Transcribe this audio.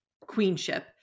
queenship